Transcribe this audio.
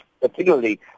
particularly